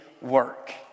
work